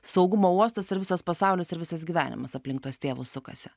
saugumo uostas ir visas pasaulis ir visas gyvenimas aplink tuos tėvus sukasi